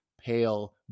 pale